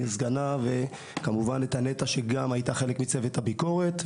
סגנה; אנטה שהייתה חלק מצוות הביקורת.